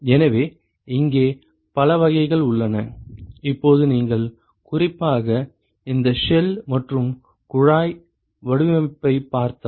எனவே இங்கே பல வகைகள் உள்ளன இப்போது நீங்கள் குறிப்பாக இந்த ஷெல் மற்றும் குழாய் வடிவமைப்பைப் பார்த்தால்